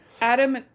Adam